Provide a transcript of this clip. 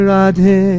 Radhe